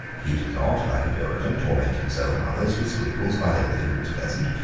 he did not, like a puritan, torment himself and others with scruples about everything that was pleasant.